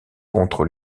contre